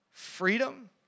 freedom